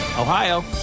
Ohio